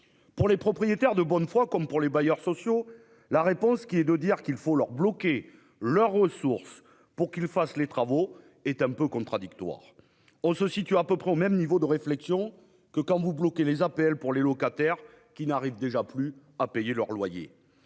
Pour les propriétaires de bonne foi, comme pour les bailleurs sociaux, la réponse selon laquelle il faudrait bloquer leurs ressources pour qu'ils fassent les travaux est un peu contradictoire. C'est à peu près le même niveau de réflexion que de dire que l'on bloque les APL pour les locataires qui n'arrivent plus à payer leur loyer